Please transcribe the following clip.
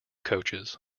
coaches